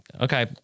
okay